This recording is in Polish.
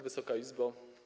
Wysoka Izbo!